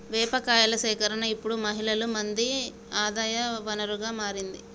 వేప కాయల సేకరణ ఇప్పుడు మహిళలు మంది ఆదాయ వనరుగా మారింది